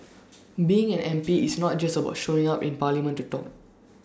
being an M P is not just about showing up in parliament to talk